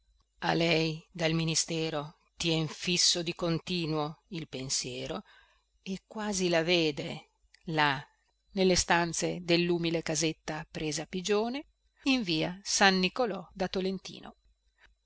a lei dal ministero tien fisso di continuo il pensiero e quasi la vede là nelle stanze dellumile casetta presa a pigione in via san niccolò da tolentino